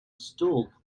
stall